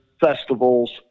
festivals